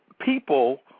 people